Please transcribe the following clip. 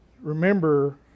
Remember